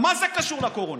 מה זה קשור לקורונה?